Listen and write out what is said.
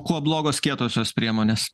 kuo blogos kietosios priemonės